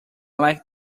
like